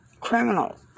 Criminal